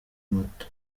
mato